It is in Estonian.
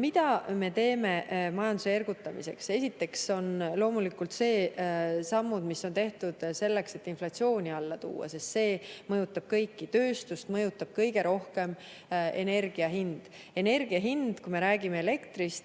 Mida me teeme majanduse ergutamiseks? Esiteks on loomulikult need sammud, mis on tehtud selleks, et inflatsiooni alla tuua, sest see mõjutab kõiki. Tööstust mõjutab kõige rohkem energia hind. Energia hind, kui me räägime elektrist,